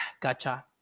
gotcha